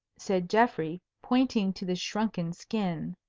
said geoffrey, pointing to the shrunken skin.